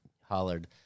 hollered